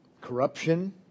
Corruption